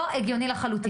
לא הגיוני לחלוטין.